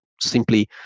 simply